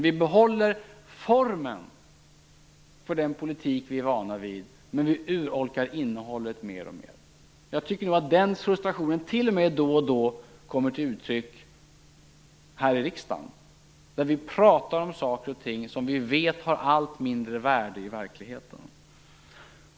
Vi behåller formen för den politik som vi är vana vid, men vi urholkar innehållet mer och mer. Jag tycker nog att den frustrationen t.o.m. då och då kommer till uttryck här i riksdagen. Vi pratar om saker och ting som vi vet har allt mindre värde i verkligheten.